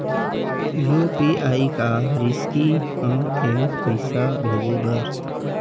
UPI का रिसकी हंव ए पईसा भेजे बर?